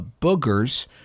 boogers